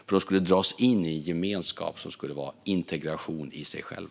De skulle då dras in i en gemenskap som skulle vara integration i sig själv.